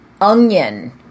onion